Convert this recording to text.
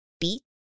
beat